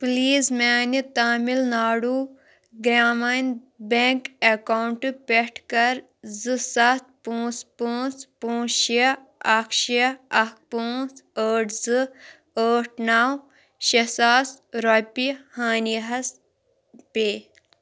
please میٛانہِ تامِل ناڈوٗ گرٛامَنۍ bank account پٮ۪ٹھ کَر زٕ سَتھ پانٛژھ پانٛژھ پٲنٛژھ شےٚ اَکھ شےٚ اَکھ پانٛژھ ٲٹھ زٕ ٲٹھ نَو شےٚ ساس رۄپیہِ ہانِیاہَس پے